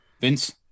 Vince